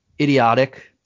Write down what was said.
idiotic